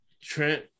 Trent